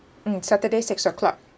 mm saturday six o'clock